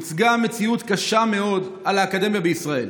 הוצגה מציאות קשה מאוד על האקדמיה בישראל.